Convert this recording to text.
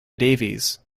davies